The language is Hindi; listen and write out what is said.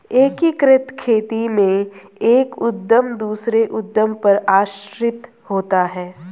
एकीकृत खेती में एक उद्धम दूसरे उद्धम पर आश्रित होता है